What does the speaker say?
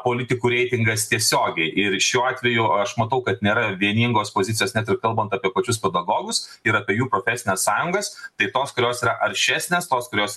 politikų reitingas tiesiogiai ir šiuo atveju aš matau kad nėra vieningos pozicijos ne ir kalbant apie pačius pedagogus ir apie jų profesines sąjungas tai tos kurios yra aršesnės tos kurios